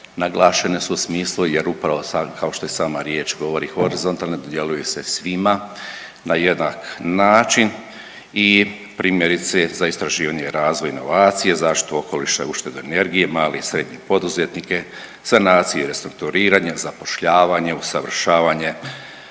naglašene su u smislu jer upravo kao što i sama riječ govori horizontalne da djeluju sa svima na jednak način i primjerice za istraživanje, razvoj, inovacije, zaštitu okoliša, ušteda energije, male i srednje poduzetnike, sanacije, restrukturiranja, zapošljavanja, usavršavanje,